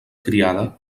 criada